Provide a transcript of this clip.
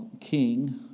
king